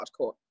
hardcore